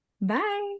Bye